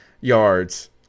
yards